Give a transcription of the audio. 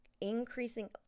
increasing